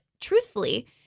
truthfully